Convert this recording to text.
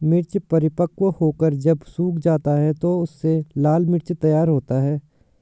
मिर्च परिपक्व होकर जब सूख जाता है तो उससे लाल मिर्च तैयार होता है